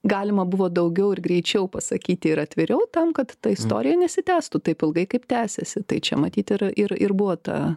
galima buvo daugiau ir greičiau pasakyti ir atviriau tam kad ta istorija nesitęstų taip ilgai kaip tęsiasi tai čia matyt ir ir ir buvo ta